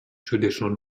traditional